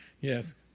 Yes